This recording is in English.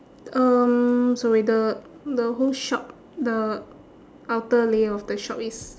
um sorry the the whole shop the outer layer of the shop is